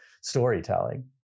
storytelling